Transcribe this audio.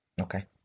Okay